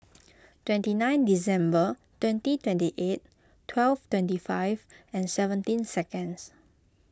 twenty nine December twenty twenty eight twelve twenty five and seventeen seconds